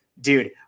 Dude